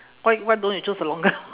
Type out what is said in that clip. why why don't you choose a longer